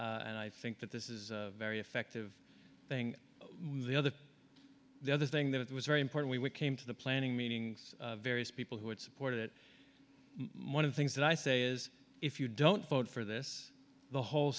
e and i think that this is a very effective thing the other the other thing that was very important we came to the planning meeting various people who had supported it most of the things that i say is if you don't vote for this the whole